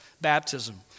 baptism